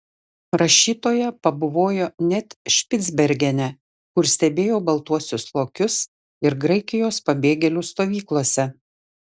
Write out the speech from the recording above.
rašytoja pabuvojo net špicbergene kur stebėjo baltuosius lokius ir graikijos pabėgėlių stovyklose